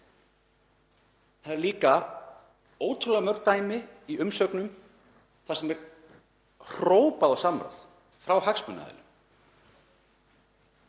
Það eru líka ótrúlega mörg dæmi í umsögnum þar sem hrópað er á samráð frá hagsmunaaðilum.